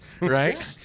right